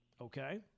Okay